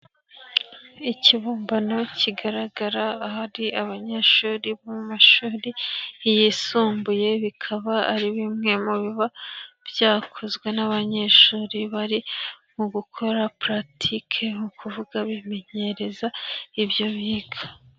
Ikibumbano kigaragara ahari abanyeshuri bo mashuri yisumbuye, bikaba ari bimwe mu biba byakozwe n'abanyeshuri bari mu gukora puratike ni ukuvuga bimenyereza ibyo biga.